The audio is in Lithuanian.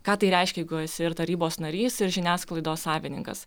ką tai reiškia jeigu esi ir tarybos narys ir žiniasklaidos savininkas